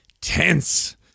tense